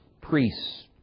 priests